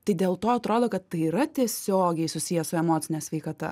tai dėl to atrodo kad tai yra tiesiogiai susiję su emocine sveikata